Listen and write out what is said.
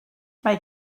mae